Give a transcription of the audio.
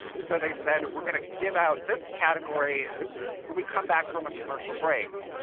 so they said, we're going to give out this category when we come back from a commercial break,